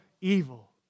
evil